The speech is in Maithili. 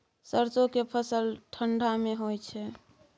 सरसो के फसल ठंडा मे होय छै?